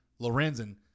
Lorenzen